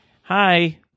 Hi